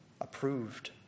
Approved